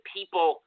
people –